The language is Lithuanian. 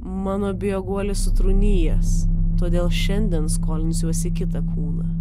mano bėguolis sutrūnijęs todėl šiandien skolinsiuosi kitą kūną